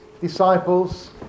disciples